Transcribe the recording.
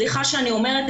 סליחה שאני אומרת,